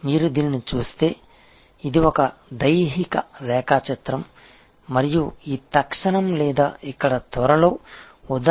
మీరు దీనిని చూస్తే ఇది ఒక దైహిక రేఖాచిత్రం మరియు ఇది తక్షణం లేదా ఇక్కడ త్వరలో ఉదాహరణలతో చూడవచ్చు